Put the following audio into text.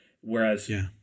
Whereas